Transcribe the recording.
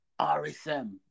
RSM